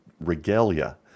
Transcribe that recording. regalia